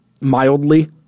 mildly